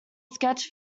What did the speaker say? sketch